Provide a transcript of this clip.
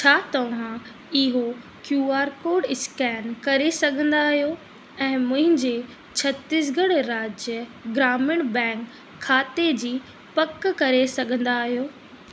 छा तव्हां इहो क्यू आर कोड स्कैन करे सघंदा आहियो ऐं मुंहिंजे छत्तीसगढ़ राज्य ग्रामीण बैंक खाते जी पक करे सघंदा आहियो